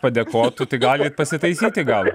padėkotų tai galit pasitaisyti gal